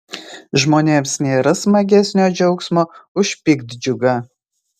žmonėms nėra smagesnio džiaugsmo už piktdžiugą